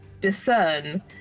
discern